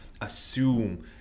assume